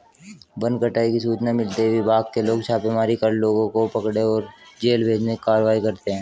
one कटाई की सूचना मिलते ही विभाग के लोग छापेमारी कर लोगों को पकड़े और जेल भेजने की कारवाई करते है